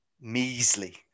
measly